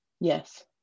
Yes